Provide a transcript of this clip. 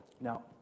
Now